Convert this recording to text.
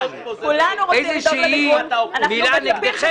על ההעברה הזאת